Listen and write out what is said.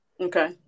Okay